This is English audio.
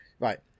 Right